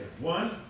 One